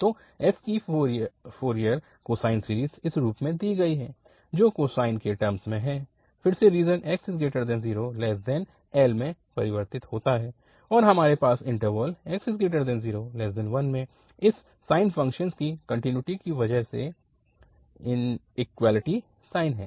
तो f की Fourier cosine series इस रूप में दी गई है जो कोसाइन फ़ंक्शन्स के टर्मस में है फिर से रीजन 0xl में परिवर्तित होता है और हमारे पास इन्टरवल 0xl में इस साइन फ़ंक्शन्स की कन्टिन्युटी की वजह से इक्वैलिटी साइन है